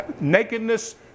Nakedness